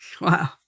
Wow